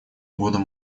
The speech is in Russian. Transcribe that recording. годом